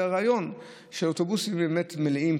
הריאיון הוא הוציא לה תמונות של אוטובוסים מלאים,